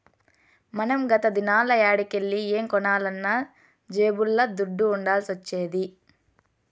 మనం గత దినాల్ల యాడికెల్లి ఏం కొనాలన్నా జేబుల్ల దుడ్డ ఉండాల్సొచ్చేది